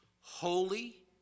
holy